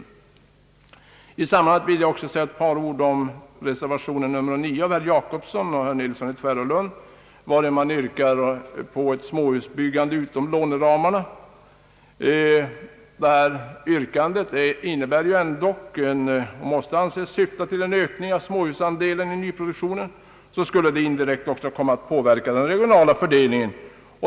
I detta sammanhang vill jag också säga ett par ord om reservation nr 9 a av bl.a. herr Per Jacobsson och herr Nilsson i Tvärålund, i vilken yrkas på ett småhusbyggande utom låneramarna. Eftersom detta yrkande kan anses syfta till en ökning av småhusandelen i nyproduktionen, skulle det indirekt komma att påverka den regionala fördelningen.